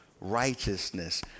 righteousness